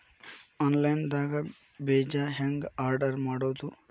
Online ದಾಗ ಬೇಜಾ ಹೆಂಗ್ ಆರ್ಡರ್ ಮಾಡೋದು?